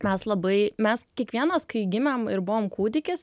mes labai mes kiekvienas kai gimėm ir buvom kūdikis